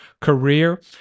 career